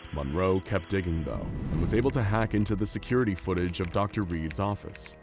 monroe kept digging though, and was able to hack into the security footage of dr. reed's office.